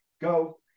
go